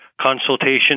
consultation